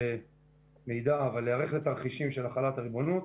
מידע לתרחישים של החלת הריבונות.